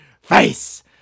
face